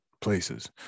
places